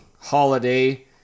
holiday